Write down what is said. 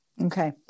Okay